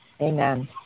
Amen